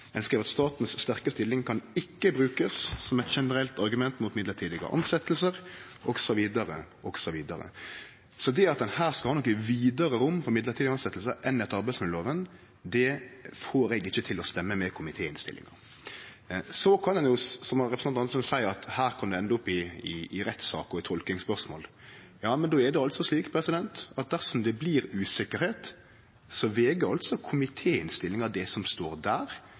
Ein skriv: «Statens sterke stilling kan ikke brukes som et generelt argument mot midlertidige ansettelser » osv., osv. Så det at ein her skal ha noko vidare rom for mellombels tilsetjingar enn etter arbeidsmiljølova, får eg ikkje til å stemme med komitéinnstillinga. Så kan ein jo, som representanten Andersen gjorde, seie at her kan det ende opp i rettssak og i tolkingsspørsmål. Men då er det slik at dersom det blir usikkerheit, veg det som står